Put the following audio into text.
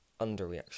underreaction